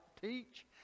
teach